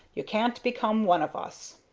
you can't become one of us.